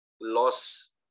loss